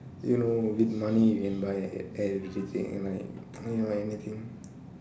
you know with money you can buy everything like you know anything